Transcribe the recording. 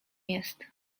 jest